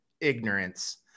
ignorance